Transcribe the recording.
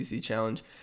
Challenge